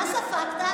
מה ספגת?